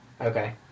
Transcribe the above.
Okay